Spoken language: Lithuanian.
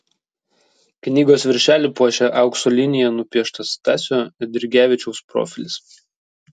knygos viršelį puošia aukso linija nupieštas stasio eidrigevičiaus profilis